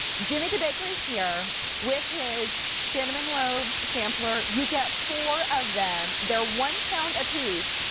jimmy the baker is here with his cinnamon loaf sampler. you get four of them. they're one count apiece.